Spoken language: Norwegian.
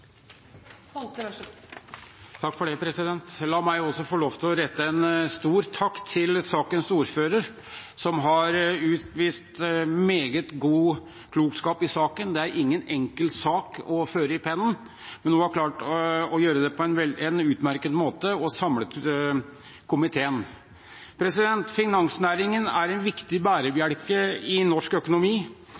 til saksordføreren, som har utvist meget god klokskap i saken. Det er ingen enkel sak å føre i pennen, men hun har klart å gjøre det på en utmerket måte og har samlet komiteen. Finansnæringen er en viktig bærebjelke i norsk økonomi.